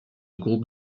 groupe